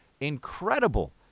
incredible